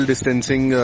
Distancing